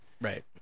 Right